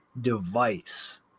device